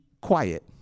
quiet